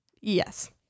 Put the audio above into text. Yes